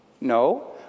No